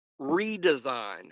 redesign